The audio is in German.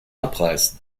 abreißen